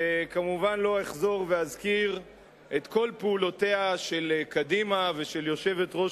וכמובן לא אחזור ואזכיר את כל פעולותיה של קדימה ושל יושבת-ראש